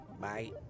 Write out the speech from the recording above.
Bye